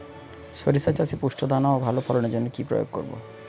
শরিষা চাষে পুষ্ট দানা ও ভালো ফলনের জন্য কি প্রয়োগ করব?